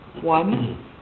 One